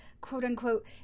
quote-unquote